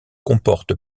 comporte